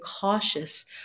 cautious